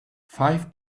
five